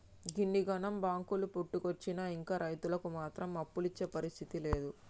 గిన్నిగనం బాంకులు పుట్టుకొచ్చినా ఇంకా రైతులకు మాత్రం అప్పులిచ్చే పరిస్థితి లేదు